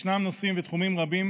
יש נושאים ותחומים רבים